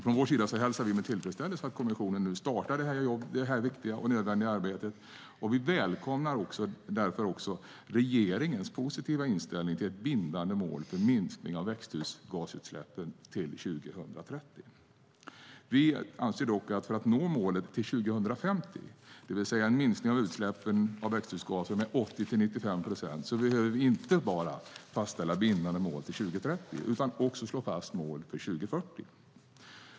Från vår sida hälsar vi med tillfredsställelse att kommissionen nu startar detta viktiga och nödvändiga arbete. Vi välkomnar därför också regeringens positiva inställning till ett bindande mål för minskningen av växthusgasutsläppen till 2030. Vi anser dock att vi för att nå målet till 2050, det vill säga en minskning av utsläppen av växthusgaser med 80-95 procent, inte bara behöver fastställa bindande mål för 2030 utan också slå fast mål för 2040.